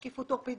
שקיפות עורפית,